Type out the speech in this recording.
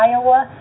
Iowa